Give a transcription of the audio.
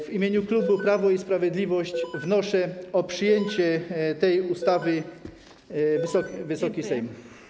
W imieniu klubu Prawo i Sprawiedliwość wnoszę o przyjęcie tej ustawy przez Wysoki Sejm.